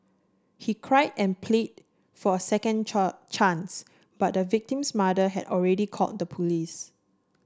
he cried and pleaded for a second chance but the victim's mother had already called the police